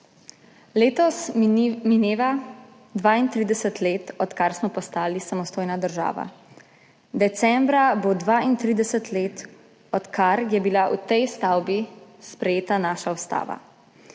Letos mineva 32 let, odkar smo postali samostojna država, decembra bo 32 let, odkar je bila v tej stavbi sprejeta naša ustava,